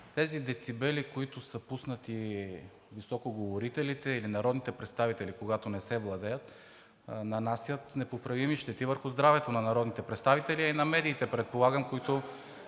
Тези децибели, които са пуснати по високоговорителите, или народните представители, когато не се владеят, нанасят непоправими щети върху здравето на народните представители, а и на медиите, предполагам, които